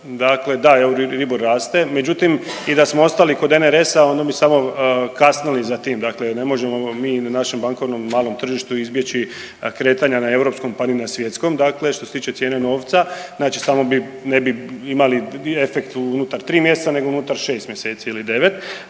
Da, Euribor raste, međutim i da smo ostali kod NRS-a onda bi samo kasnili za tim. Dakle, ne možemo mi na našem bankovnom malom tržištu izbjeći kretanja na europskim, pa ni na svjetskom. Dakle, što se tiče cijene novce, znači ne bi imali efekt unutar tri mjeseca nego unutar šest mjeseci ili 9.